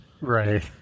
right